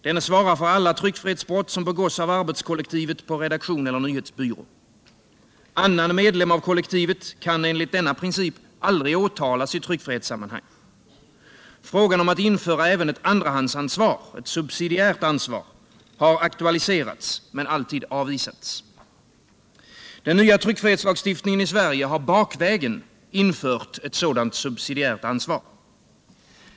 Denne svarar för alla tryckfrihetsbrott som begås av arbetskollektivet på redaktion eller nyhetsbyrå. Annan medlem av kollektivet kan enligt denna princip aldrig åtalas i tryckfrihetssammanhang. Frågan om att införa även ett andrahandsansvar — ett subsidiärt ansvar — har aktualiserats men alltid avvisats. Den nya tryckfrihetslagstiftningen i Sverige har bakvägen infört ett sådant subsidiärt ansvar.